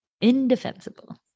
Indefensible